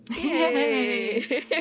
Yay